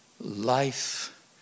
life